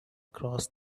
crossed